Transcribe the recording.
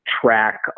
track